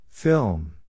Film